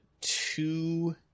two